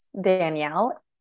Danielle